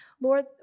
Lord